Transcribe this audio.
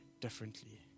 differently